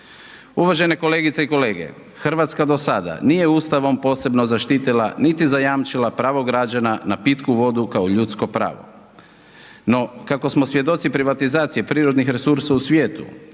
Uvažene kolegice i kolege Hrvatska do sada nije Ustavcom posebno zaštitila niti zajamčila pravo građana na pitku odu kao ljudsko pravo. No, kako smo svjedoci privatizacije prirodnih resursa u svijetu